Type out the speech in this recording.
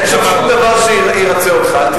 אין שם שום דבר שירצה אותך.